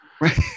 Right